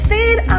Feed